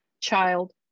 child